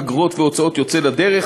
אגרות והוצאות יוצא לדרך.